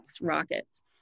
rockets